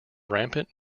rampant